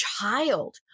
child